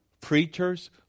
preachers